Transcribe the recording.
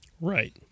Right